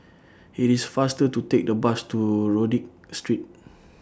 IT IS faster to Take The Bus to Rodyk Street